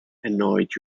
annoyed